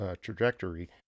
trajectory